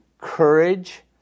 courage